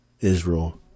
Israel